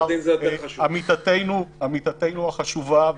עמיתתנו החשובה,